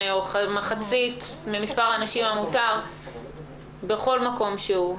מחצית ממספר האנשים המותר בכל מקום שהוא,